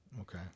Okay